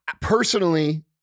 personally